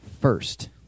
first